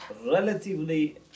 Relatively